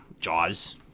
Jaws